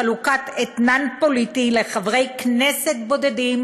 חלוקת אתנן פוליטי לחברי כנסת בודדים